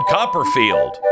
Copperfield